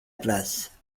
place